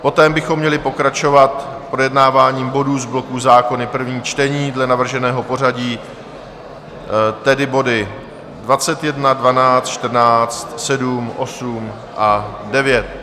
Poté bychom měli pokračovat projednáváním bodů z bloku Zákony první čtení dle navrženého pořadí, tedy body 21, 12, 14, 7, 8 a 9.